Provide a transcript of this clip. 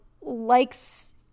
likes